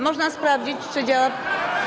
Można sprawdzić, czy działa.